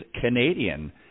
Canadian